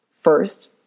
First